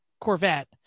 Corvette